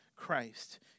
Christ